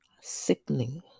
Sickening